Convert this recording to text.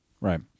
Right